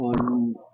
on